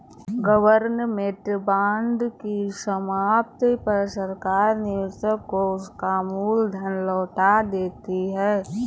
government bond की समाप्ति पर सरकार निवेशक को उसका मूल धन लौटा देती है